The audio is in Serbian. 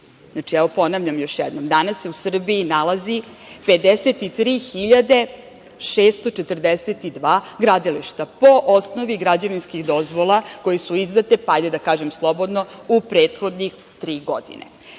ponavljam još jednom, danas se u Srbiji nalazi 53.642 gradilišta po osnovi građevinskih dozvola koje su izdate, hajde da kažem slobodno, u prethodne tri godine. Možete